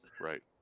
Right